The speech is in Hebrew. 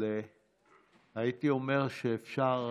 אבל הייתי אומר שאפשר,